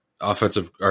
offensive